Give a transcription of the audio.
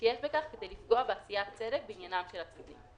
שיש בכך כדי לפגוע בעשיית צדק בעניינם של הצדדים".